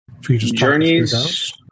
Journeys